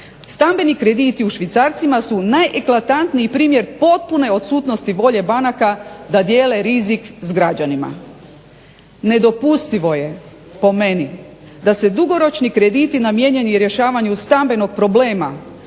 Stambeni krediti u švicarcima su najeklatantniji primjer potpune odsutnosti volje banaka da dijele rizik s građanima. Nedopustivo je, po meni, da se dugoročni krediti namijenjeni rješavanju stambenog problema,